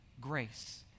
Grace